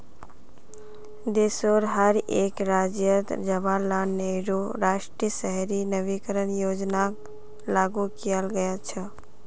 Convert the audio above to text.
देशोंर हर एक राज्यअत जवाहरलाल नेहरू राष्ट्रीय शहरी नवीकरण योजनाक लागू कियाल गया छ